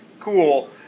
cool